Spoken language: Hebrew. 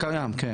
כן, זה קיים.